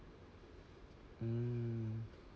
hmm